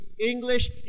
English